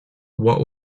what